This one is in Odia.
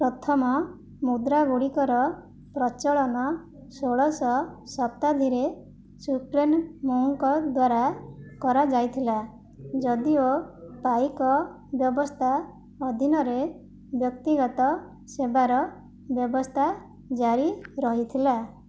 ପ୍ରଥମ ମୁଦ୍ରା ଗୁଡ଼ିକର ପ୍ରଚଳନ ଷୋହଳଶହ ଶତାବ୍ଦୀରେ ଚୁକ୍ଲେନ୍ମୁଙ୍ଗ୍ଙ୍କ ଦ୍ୱାରା କରାଯାଇଥିଲା ଯଦିଓ ପାଇକ ବ୍ୟବସ୍ଥା ଅଧୀନରେ ବ୍ୟକ୍ତିଗତ ସେବାର ବ୍ୟବସ୍ଥା ଜାରି ରହିଥିଲା